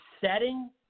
setting